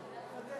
פה.